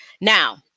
Now